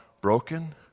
broken